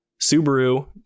Subaru